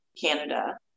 Canada